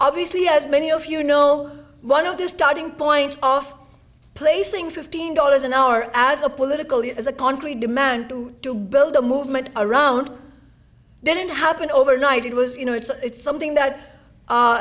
obviously as many of you know one of the starting point of placing fifteen dollars an hour as a political you as a country demand to build a movement around didn't happen overnight it was you know it's something that